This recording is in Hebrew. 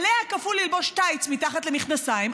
עליה כפו ללבוש טייטס מתחת למכנסיים,